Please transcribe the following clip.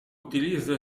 utilizza